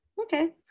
Okay